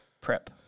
Prep